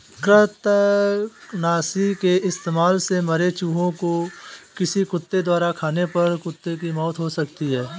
कृतंकनाशी के इस्तेमाल से मरे चूहें को किसी कुत्ते द्वारा खाने पर कुत्ते की मौत हो सकती है